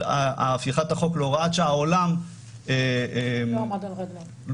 הפיכת החוק להוראת שעה לא עמד על רגליו,